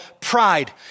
pride